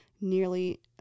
nearly